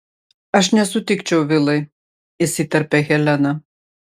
aš nesutikčiau vilai įsiterpia helena